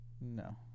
No